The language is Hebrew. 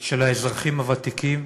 של האזרחים הוותיקים